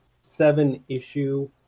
seven-issue